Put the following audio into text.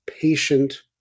patient